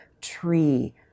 tree